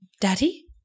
Daddy